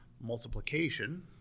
multiplication